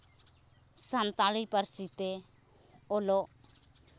ᱥᱟᱱᱛᱟᱲᱤ ᱯᱟᱹᱨᱥᱤ ᱛᱮ ᱚᱞᱚᱜ